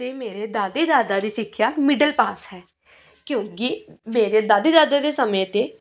ਅਤੇ ਮੇਰੇ ਦਾਦੀ ਦਾਦਾ ਦੀ ਸਿੱਖਿਆ ਮਿਡਲ ਪਾਸ ਹੈ ਕਿਉਂਕਿ ਮੇਰੇ ਦਾਦੀ ਦਾਦੇ ਦੇ ਸਮੇਂ 'ਤੇ